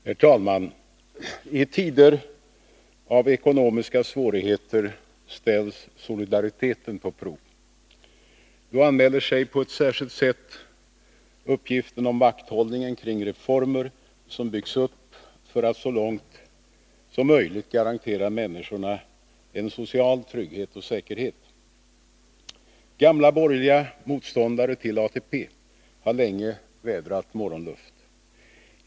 Herr talman! I tider av ekonomiska svårigheter ställs solidariteten på prov. Då anmäler sig på ett särskilt sätt uppgiften om vakthållningen kring reformer som byggts upp för att så långt som möjligt garantera människorna en social trygghet och säkerhet. Gamla borgerliga motståndare till ATP har länge vädrat morgonluft.